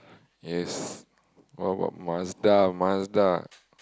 yes what about Mazda Mazda